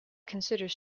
considers